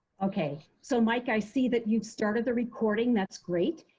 ok, so mike i see that you started the recording, that's great.